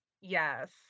Yes